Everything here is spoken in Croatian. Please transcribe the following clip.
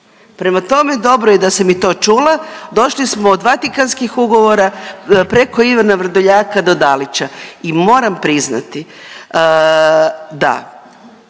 Prema tome, dobro je da sam i to čula, došli smo od Vatikanskih ugovora preko Ivana Vrdoljaka do Dalića i moram priznati da,